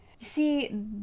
See